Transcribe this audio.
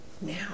now